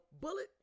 bullet